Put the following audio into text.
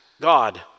God